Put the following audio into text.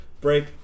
break